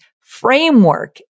framework